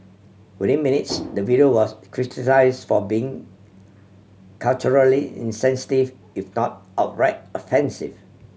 within minutes the video was criticise for being culturally insensitive if not outright offensive